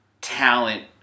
talent